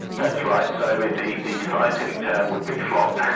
that's right. so and the scientific term would be flogged.